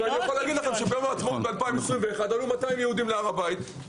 אני יכול להגיד לכם שביום העצמאות ב-2021 עלו 200 יהודים להר הבית,